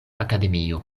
akademio